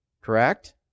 correct